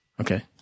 Okay